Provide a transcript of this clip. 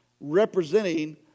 representing